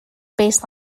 based